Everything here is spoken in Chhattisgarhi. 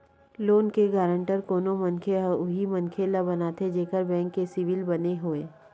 लोन के गांरटर कोनो मनखे ह उही मनखे ल बनाथे जेखर बेंक के सिविल बने होवय